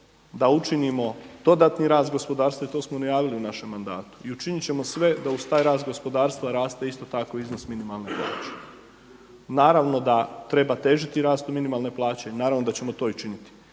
da učinimo dodatni rast gospodarstva i to smo najavili u našem mandatu i učinit ćemo sve da uz taj rast gospodarstva raste isto tako iznos minimalne plaće. Naravno da treba težiti rastu minimalne plaće i naravno da ćemo to i činiti.